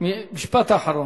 משפט אחרון.